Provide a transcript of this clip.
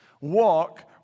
Walk